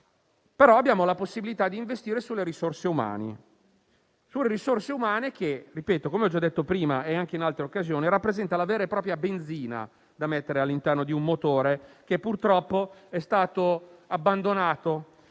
anche la possibilità di investire sulle risorse umane, che, come ho detto prima e anche in altre occasioni, rappresentano la vera e propria benzina da immettere all'interno di un motore che, purtroppo, è stato abbandonato.